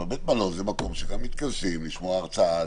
בית מלון הוא מקום שגם מתכנסים לשמוע הרצאה.